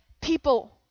people